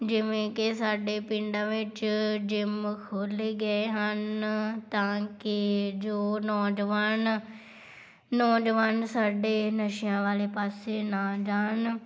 ਜਿਵੇਂ ਕਿ ਸਾਡੇ ਪਿੰਡਾਂ ਵਿੱਚ ਜਿਮ ਖੋਲੇ ਗਏ ਹਨ ਤਾਂ ਕਿ ਜੋ ਨੌਜਵਾਨ ਨੌਜਵਾਨ ਸਾਡੇ ਨਸ਼ਿਆਂ ਵਾਲੇ ਪਾਸੇ ਨਾ ਜਾਣ